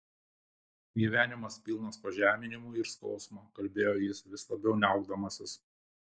gyvenimas pilnas pažeminimų ir skausmo kalbėjo jis vis labiau niaukdamasis